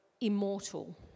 immortal